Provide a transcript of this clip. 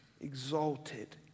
exalted